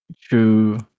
True